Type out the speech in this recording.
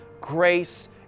grace